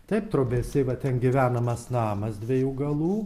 taip trobesiai va ten gyvenamas namas dviejų galų